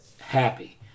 happy